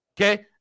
Okay